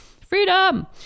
freedom